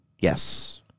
yes